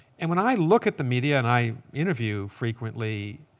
and when i look at the media and i interview frequently,